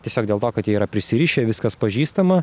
tiesiog dėl to kad jie yra prisirišę viskas pažįstama